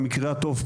במקרה הטוב,